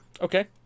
Okay